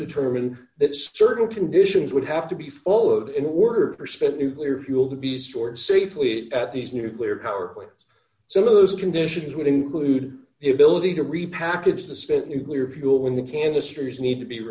determined that certain conditions would have to be followed in order for spent nuclear fuel to be stored safely at these nuclear power plants some of those conditions would include the ability to repackage the spent nuclear fuel when the canisters need to be